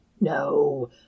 no